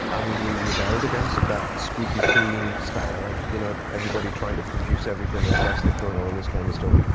i mean, we rebelled against that squeaky clean style, and you know. everybody trying to produce everything as best they could, all this kind of stuff.